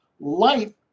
Light